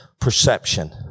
perception